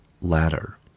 ladder